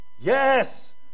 Yes